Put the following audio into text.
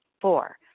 Four